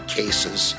cases